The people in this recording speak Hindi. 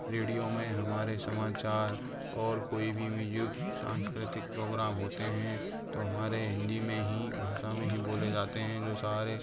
रेडियो में हमारे समाचार और कोई भी मीजुक सांस्कृतिक प्रोग्राम होते हैं तो हमारे हिंदी में ही भाषा में ही बोले जाते हैं जो सारे